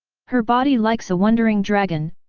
her body likes a wondering dragon,